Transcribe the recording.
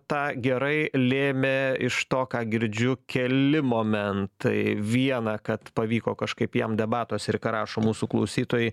tą gerai lėmė iš to ką girdžiu keli momentai vieną kad pavyko kažkaip jam debatuose ir ką rašo mūsų klausytojai